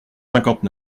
cinquante